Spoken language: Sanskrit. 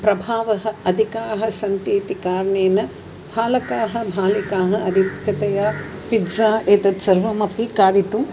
प्रभावाः अधिकाः सन्ति इति कारणेन बालकाः बालिकाः अधिकतया पिज्जा़ एतत् सर्वम् अपि खादितुम्